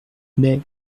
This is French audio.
mais